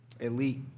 elite